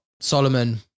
Solomon